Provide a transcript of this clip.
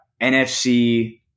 NFC